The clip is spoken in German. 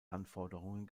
anforderungen